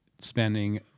spending